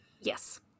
Yes